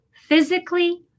physically